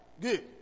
Good